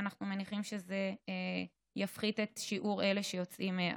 ואנחנו מניחים שזה יפחית את שיעור אלה שיוצאים החוצה.